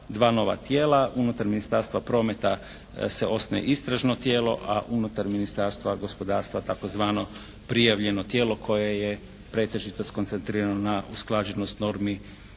dva nova tijela. Unutar Ministarstva prometa se osniva istražno tijelo. A unutar Ministarstva tzv. prijavljeno tijelo koje je pretežito skoncentrirano na usklađenost normi